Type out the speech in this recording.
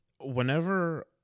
whenever